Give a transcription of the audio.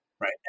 Right